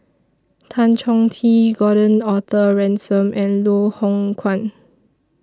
Tan Chong Tee Gordon Arthur Ransome and Loh Hoong Kwan